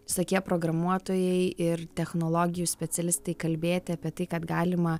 visokie programuotojai ir technologijų specialistai kalbėti apie tai kad galima